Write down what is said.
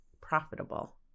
profitable